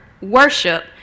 worship